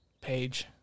page